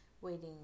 waiting